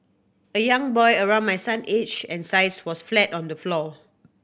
a young boy around my son's age and size was flat on the floor